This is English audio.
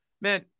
Man